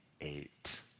eight